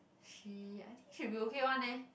she I think should be okay one leh